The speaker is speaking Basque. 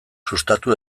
sustatu